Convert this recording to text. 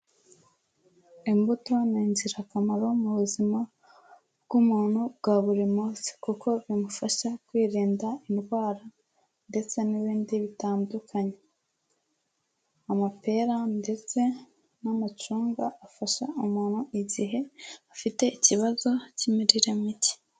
Imbuto ni ingirakamaro mu buzima bw'umuntu bwa buri munsi kuko bimufasha kwirinda indwara ndetse n'ibindi bitandukanye. Amapera ndetse n'amacunga afasha umuntu igihe afite ikibazo k'imirire mike.